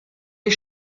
des